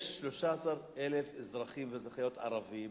יש 13,000 אזרחים ואזרחיות ערבים